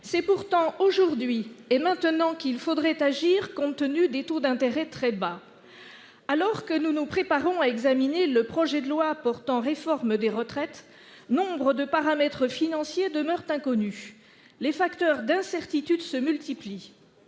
C'est pourtant aujourd'hui et maintenant qu'il faudrait agir, compte tenu des taux d'intérêt très bas. Alors que nous nous préparons à examiner le projet de loi portant réforme des retraites, nombre de paramètres financiers demeurent inconnus. Les facteurs d'incertitude se multiplient